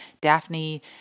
Daphne